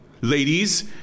Ladies